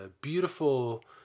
beautiful